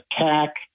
attack